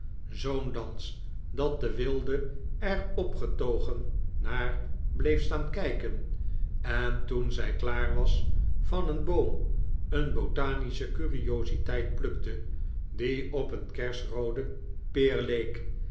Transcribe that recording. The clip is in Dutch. zoo'n dans dat de wilde er opgetogen naar bleef staan kijken en toen zij klaar was van een boom een botanische curiositeit plukte die op een kersroode peer